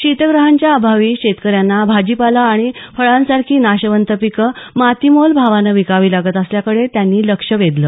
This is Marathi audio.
शीतग्रहांच्या अभावी शेतकऱ्यांना भाजीपाला आणि फळांसारखी नाशवंत पिकं मातीमोल भावानं विकावी लागत असल्याकडे त्यांनी लक्ष वेधलं